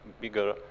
bigger